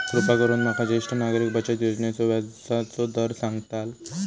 कृपा करून माका ज्येष्ठ नागरिक बचत योजनेचो व्याजचो दर सांगताल